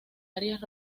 áreas